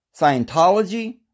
Scientology